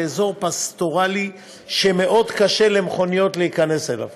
באזור פסטורלי שמאוד קשה למכוניות להיכנס אליו.